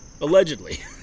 Allegedly